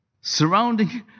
surrounding